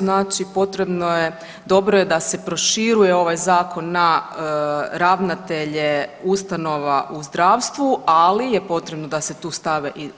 Znači potrebno je, dobro je da se proširuje ovaj Zakon na ravnatelje ustanova u zdravstvu, ali je potrebno da se tu stave i,